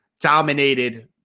dominated